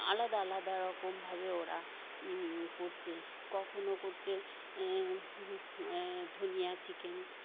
আলাদা আলাদা রকমভাবে ওরা করছে কখনো করছে ধনিয়া চিকেন